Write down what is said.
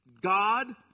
God